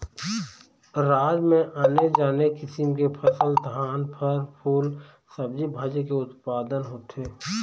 राज म आने आने किसम की फसल, धान, फर, फूल, सब्जी भाजी के उत्पादन होथे